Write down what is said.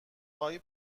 خواهی